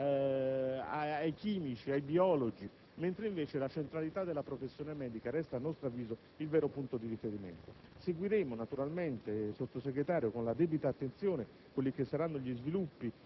(agli ambientalisti, ai chimici, ai biologi), mentre invece la centralità della professione medica resta, a nostro avviso, il vero punto di riferimento. Naturalmente, onorevole Sottosegretario, seguiremo con la debita attenzione